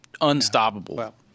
unstoppable